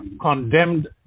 condemned